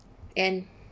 and